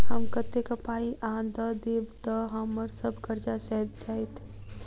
हम कतेक पाई आ दऽ देब तऽ हम्मर सब कर्जा सैध जाइत?